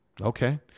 Okay